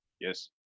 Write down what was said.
Yes